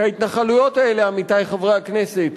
כי ההתנחלויות האלה, עמיתי חברי הכנסת,